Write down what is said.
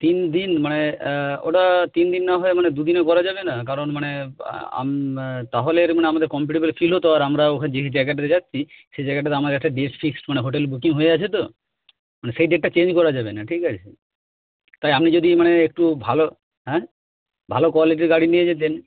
তিন দিন মানে ওটা তিন দিন না হয়ে মানে দুদিনে করা যাবে না কারণ মানে তাহলে আমাদের কমফর্টেবেল ফিল হতো আর আমরা ওখানে যে জায়গাটাতে যাচ্ছি সেই জায়গাটাতে আমাদের একটা ডেট ফিক্সড মানে হোটেল বুকিং হয়ে আছে তো মানে সেই ডেটটা চেঞ্জ করা যাবে না ঠিক আছে তাই আপনি যদি মানে একটু ভালো হ্যাঁ ভালো কোয়ালিটির গাড়ি নিয়ে যেতেন